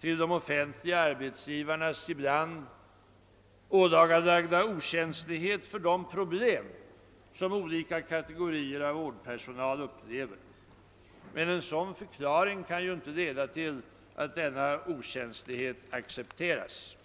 till de offentliga arbetsgivarnas ibland ådagalagda okänslighet för de problem som olika kategorier av vårdpersonal upplever, men en sådan förklaring kan ju inte leda till att denna okänslighet accepteras.